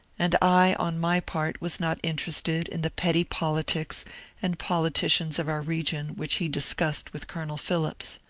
and i on my part was not interested in the petty politics and politicians of our region which he discussed with colonel phillips.